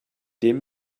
dem